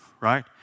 right